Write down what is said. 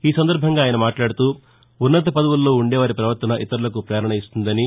ఈ సందర్బంగా ఆయన మాట్లాదుతూ ఉన్నత పదవుల్లో ఉండేవారి ప్రవర్తన ఇతరులకు పేరణ ఇస్తుందని